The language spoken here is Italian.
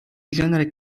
genere